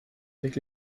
avec